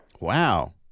Wow